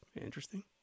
Interesting